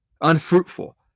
unfruitful